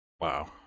Wow